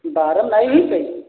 बारम नाय हुई कई